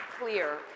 clear